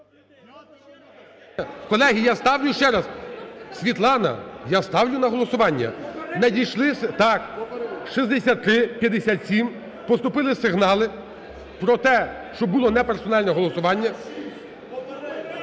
Колеги! Я ставлю ще раз. Світлана, я ставлю на голосування. Надійшли. Так, 6357, поступили сигнали про те, що було неперсональне голосування.